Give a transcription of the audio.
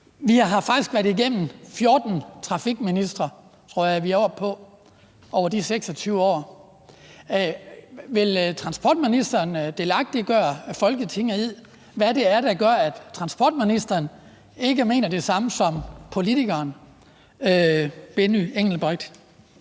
Vi har faktisk været igennem 14 transportministre, tror jeg vi er oppe på, over de 26 år. Vil transportministeren delagtiggøre Folketinget i, hvad det er, der gør, at transportministeren ikke mener det samme som politikeren Benny Engelbrecht?